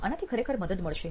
આનાથી ખરેખર મદદ મળશે